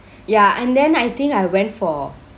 ya and then I think I went for